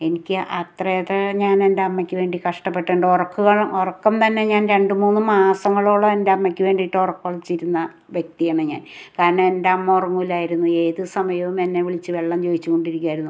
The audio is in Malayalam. എനിക്ക് അത്രേയക്കേ ഞാൻ എൻറ്റമ്മയ്ക്ക് വേണ്ടി കഷ്ടപ്പെട്ടിട്ടുണ്ട് ഉറക്കം ഉറക്കം തന്നെ ഞാൻ രണ്ടുമൂന്ന് മാസങ്ങളോളം എൻറ്റമ്മയ്ക്ക് വേണ്ടീട്ട് ഉറക്കം ഒളിച്ചിരുന്ന വ്യക്തിയാണ് ഞാൻ കാരണം എൻറ്റമ്മ ഉറങ്ങൂലായിരുന്നു ഏത് സമയവും എന്നെ വിളിച്ച് വെള്ളം ചോദിച്ചു കൊണ്ടിരിക്കായിരുന്നു